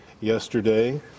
yesterday